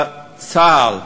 לצה"ל,